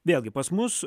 vėlgi pas mus